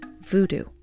voodoo